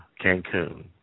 Cancun